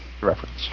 Reference